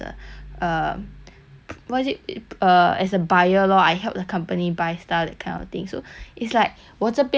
what is it uh as a buyer lor I help the company buy stuff that kind of thing so it's like 我这边没有克期另外边 so for me